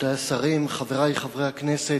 רבותי השרים, חברי חברי הכנסת,